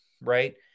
right